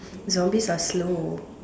zombies are slow